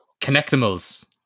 Connectimals